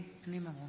פנים.